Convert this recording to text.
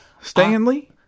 Stanley